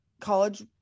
college